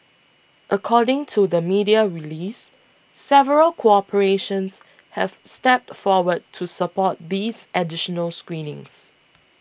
according to the media release several corporations have stepped forward to support these additional screenings